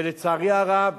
ולצערי הרב